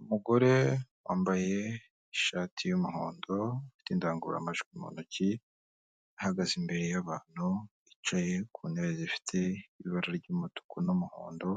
Umugore wambaye ishati y'umuhondo, ufite indangururamajwi mu ntoki, ahagaze imbere y'abantu bicaye ku ntebe zifite ibara ry'umutuku n'umuhondo,